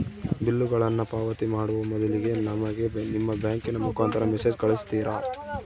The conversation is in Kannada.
ಬಿಲ್ಲುಗಳನ್ನ ಪಾವತಿ ಮಾಡುವ ಮೊದಲಿಗೆ ನಮಗೆ ನಿಮ್ಮ ಬ್ಯಾಂಕಿನ ಮುಖಾಂತರ ಮೆಸೇಜ್ ಕಳಿಸ್ತಿರಾ?